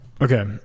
Okay